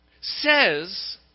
Says